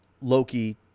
Loki